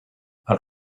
els